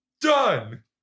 Done